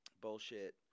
bullshit